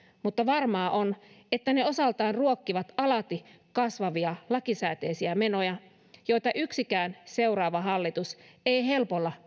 mutta varmaa on että ne osaltaan ruokkivat alati kasvavia lakisääteisiä menoja joita yksikään seuraava hallitus ei helpolla